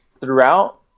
throughout